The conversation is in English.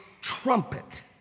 trumpet